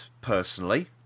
personally